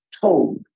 told